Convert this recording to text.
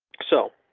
so.